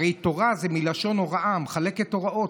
הרי תורה זה מלשון הוראה, היא מחלקת הוראות.